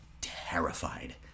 terrified